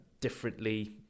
differently